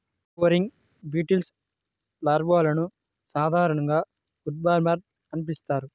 wood boring బీటిల్స్లో లార్వాలను సాధారణంగా ఉడ్వార్మ్ అని పిలుస్తారు